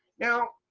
now,